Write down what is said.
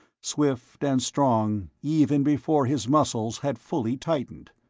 swift and strong, even before his muscles had fully tightened.